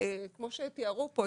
כמו שתיארו פה,